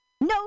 No